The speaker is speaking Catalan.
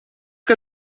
que